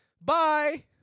Bye